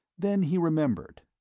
then he remembered.